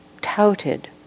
touted